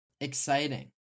exciting